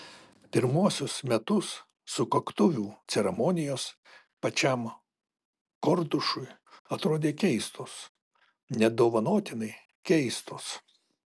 pirmuosius metus sukaktuvių ceremonijos pačiam kordušui atrodė keistos nedovanotinai keistos